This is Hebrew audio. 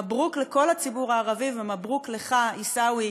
מברוכ לכל הציבור הערבי ומברוכ לך עיסאווי,